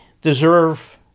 deserve